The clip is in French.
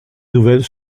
nouvelles